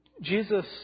Jesus